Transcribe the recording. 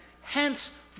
Hence